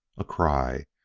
a cry,